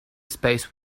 space